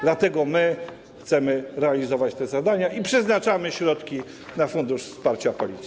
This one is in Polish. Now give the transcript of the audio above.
Dlatego chcemy realizować te zadania i przeznaczamy środki na Fundusz Wsparcia Policji.